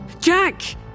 Jack